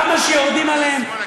כמה שיורדים עליהם,